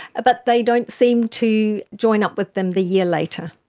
but they don't seem to join up with them the year later.